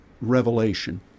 revelation